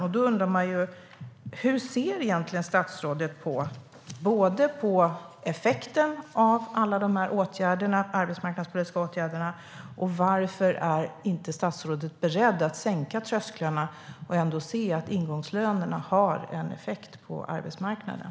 Man undrar ju: Hur ser egentligen statsrådet på effekten av alla de här arbetsmarknadspolitiska åtgärderna, och varför är statsrådet inte beredd att sänka trösklarna och se att ingångslönerna har en effekt på arbetsmarknaden?